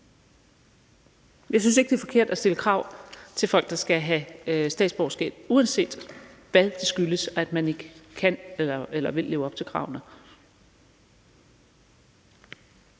Jeg synes ikke, det er forkert at stille krav til folk, der skal have statsborgerskab, uanset hvad grunden til, at man ikke kan eller vil leve op til kravene,